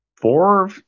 four